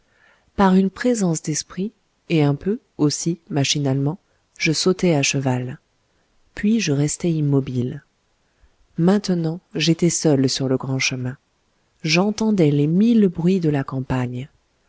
par une présence d'esprit et un peu aussi machinalement je sautai à cheval puis je restai immobile maintenant j'étais seul sur le grand chemin j'entendais les mille bruits de la campagne